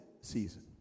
season